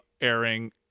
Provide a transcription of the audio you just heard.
airing